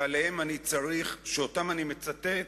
שאותן אני מצטט,